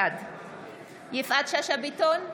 בעד יפעת שאשא ביטון,